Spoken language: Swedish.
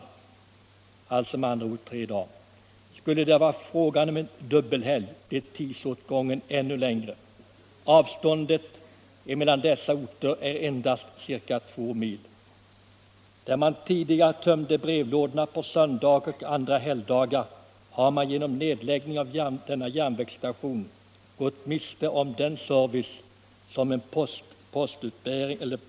Postbefordran tar med andra ord tre dagar. Skulle det vara fråga om en dubbelhelg blir tidsåtgången ännu längre. Avståndet mellan Floby och Falköping är - Nr 73 endast ca två mil. Torsdagen den Där man tidigare tömde brevlådor på söndagar och andra helgdagar 26 februari 1976 har man genom nedläggningen av järnvägsstationen i Floby gått miste = om den service som en postlådetömning innebär.